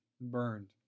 burned